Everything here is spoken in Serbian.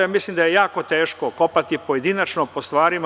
Ja mislim da je jako teško kopati pojedinačno po stvarima.